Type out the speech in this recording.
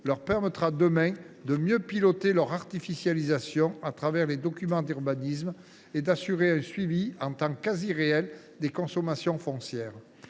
leur permettra demain de mieux piloter leur artificialisation au travers des documents d’urbanisme et d’assurer un suivi en temps quasi réel des consommations foncières.